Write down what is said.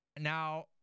Now